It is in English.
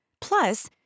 Plus